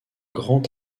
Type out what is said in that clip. grand